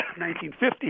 1950